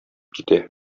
китә